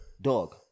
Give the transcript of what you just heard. dog